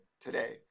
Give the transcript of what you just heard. today